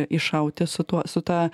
iššauti su tuo su ta